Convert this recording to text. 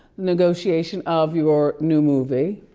negotiation of your new movie.